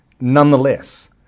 nonetheless